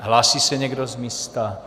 Hlásí se někdo z místa?